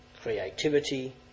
creativity